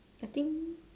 I think